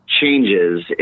changes